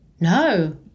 No